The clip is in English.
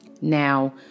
Now